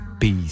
peace